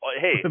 hey